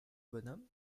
bonhomme